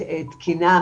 תקינה,